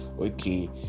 okay